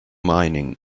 mining